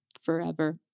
forever